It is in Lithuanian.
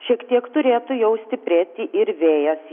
šiek tiek turėtų jau stiprėti ir vėjas